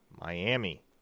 Miami